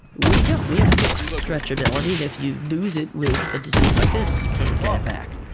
we don't. we have fixed stretchability and if you lose it with a disease like this you can't get it back.